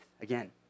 Again